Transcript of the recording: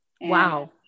Wow